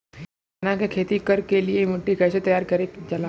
चना की खेती कर के लिए मिट्टी कैसे तैयार करें जाला?